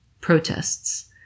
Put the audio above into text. Protests